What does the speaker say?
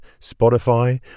Spotify